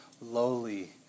lowly